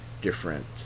different